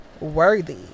worthy